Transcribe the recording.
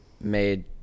made